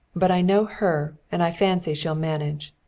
but i know her and i fancy she'll manage.